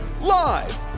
Live